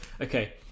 Okay